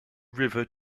river